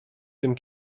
tym